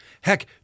Heck